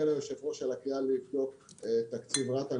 ליושב הראש על הקריאה לבדוק תקציב רת"א.